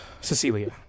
Cecilia